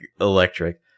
electric